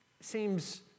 seems